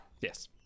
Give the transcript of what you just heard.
Yes